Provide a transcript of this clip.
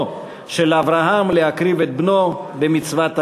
של אברהם להקריב את בנו במצוות האלוהים.